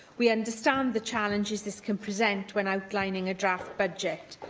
we understand the challenges this can present when outlining a draft budget.